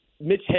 Mitch